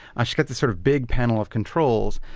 she got this sort of big panel of controls.